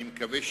אני מקווה,